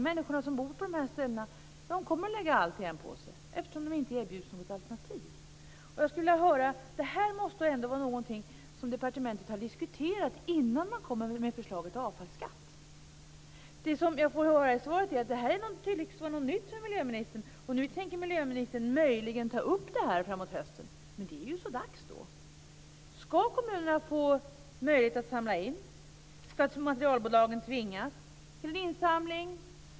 Människorna som bor på dessa ställen kommer naturligtvis att lägga allt i en påse, eftersom de inte erbjuds något alternativ. Det här måste vara något som departementet har diskuterat innan man kom med ett förslag om avfallsskatt. I svaret verkar det som om det här är något nytt för miljöministern. Miljöministern tänker möjligen ta upp det här framåt hösten. Det är så dags då. Skall kommunerna få möjlighet att samla in? Skall materialbolagen tvingas till en insamling?